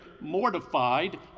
mortified